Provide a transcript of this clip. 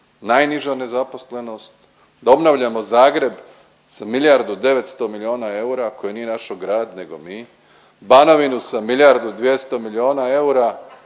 najniža nezaposlenost, da obnavljamo Zagreb sa milijardu 900 milijuna eura koju nije naš'o grad nego mi, Banovinu sa milijardu i 200 milijuna eura